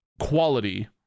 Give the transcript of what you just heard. quality